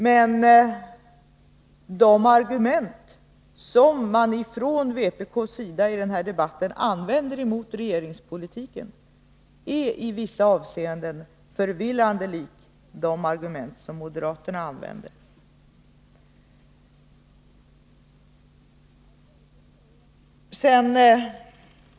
Men de argument mot regeringspolitiken som man från vpk:s sida använder är i vissa avseenden förvillande lika de argument som moderaterna använder.